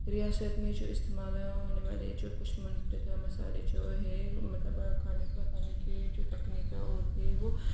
ریاست میں جو استعمال ہونے والے جو کچھ منفرد مسالے جو ہے مطلب کھانے پکانے کے لیے جو تکنیک ہوتی ہے وہ